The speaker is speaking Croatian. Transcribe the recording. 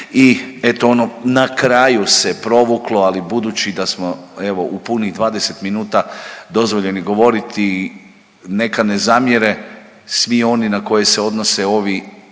i eto ono na kraju se provuklo, ali budući da smo evo u punih 20 minuta dozvoljeni govoriti neka ne zamjere svi oni na koje se odnose ovi